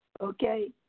Okay